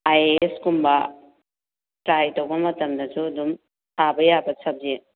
I A S ꯀꯨꯝꯕ try ꯇꯧꯕ ꯃꯇꯝꯗꯗꯁꯨ ꯑꯗꯨꯝ ꯊꯥꯕ ꯌꯥꯕ ꯁꯕꯖꯦꯛ